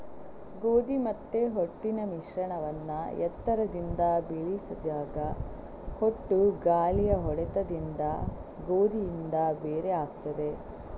ಗೋಧಿ ಮತ್ತೆ ಹೊಟ್ಟಿನ ಮಿಶ್ರಣವನ್ನ ಎತ್ತರದಿಂದ ಬೀಳಿಸಿದಾಗ ಹೊಟ್ಟು ಗಾಳಿಯ ಹೊಡೆತದಿಂದ ಗೋಧಿಯಿಂದ ಬೇರೆ ಆಗ್ತದೆ